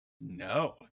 no